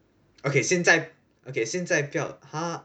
okay 现在 okay 现在不要 !huh!